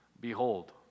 behold